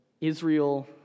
Israel